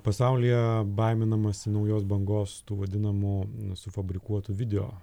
pasaulyje baiminamasi naujos bangos tų vadinamų nu sufabrikuotų video